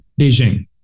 Beijing